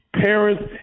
parents